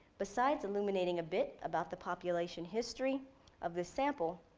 besides illuminating a bit about the population history of the sample,